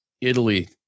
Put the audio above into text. italy